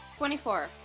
24